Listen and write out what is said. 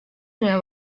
دونه